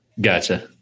Gotcha